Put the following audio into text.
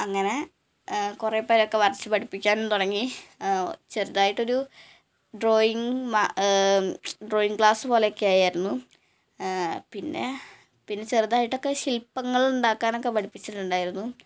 അങ്ങനെ കുറേ പേരൊക്കെ വരച്ച് പഠിപ്പിക്കാനും തുടങ്ങി ചെറുതായിട്ടൊരു ഡ്രോയിങ്ങ് മ ഡ്രോയിങ്ങ് ക്ലാസ് പോലെ ഒക്കെ ആയായിരുന്നു പിന്നെ പിന്നെ ചെറുതായിട്ടൊക്കെ ശില്പങ്ങൾ ഉണ്ടാക്കാനൊക്കെ പഠിപ്പിച്ചിട്ടുണ്ടായിരുന്നു